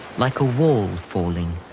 like a wall falling,